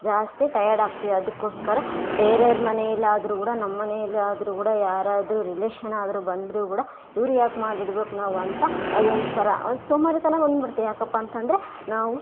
ಜಾಸ್ತಿ ಟಯರ್ಡ್ ಆಗ್ತೀವಿ ಅದಕ್ಕೋಸ್ಕರ ಬೇರೆರ ಮನೆಲ್ಲಿ ಆದ್ರೂ ಕೂಡ ನಮ್ಮನೆಲ್ಲಿ ಆದ್ರೂ ಕೂಡ ಯಾರಾದರೂ ರಿಲೇಶನ್ ಆದ್ರೂ ಬಂದ್ರೆ ಕೂಡ ಇವರಿಗ್ಯಾಕೆ ಮಾಡಿಡ್ಬೇಕು ನಾವಂತ ಅದೊಂಥರ ಸೋಮಾರಿತನ ಬಂದ್ಬಿಡುತ್ತೆ ಯಾಕಪ್ಪ ಅಂತಂದ್ರೆ ನಾವು